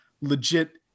legit